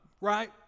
right